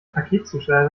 paketzusteller